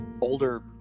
older